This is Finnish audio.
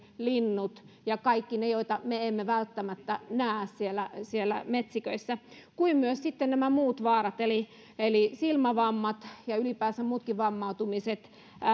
linnut ja kaikki ne joita me emme välttämättä näe siellä metsiköissä kuin myös sitten nämä muut vaarat eli eli silmävammat ja ylipäänsä muutkin vammautumiset